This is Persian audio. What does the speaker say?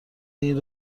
این